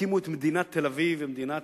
זה לסגור מרפסת.